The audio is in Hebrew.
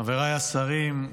חבריי השרים,